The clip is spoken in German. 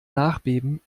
nachbeben